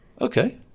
Okay